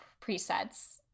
presets